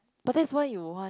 but that's why you want